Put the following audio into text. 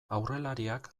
aurrelariak